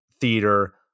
theater